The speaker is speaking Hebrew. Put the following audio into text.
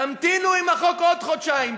תמתינו עם החוק עוד חודשיים.